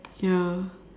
ya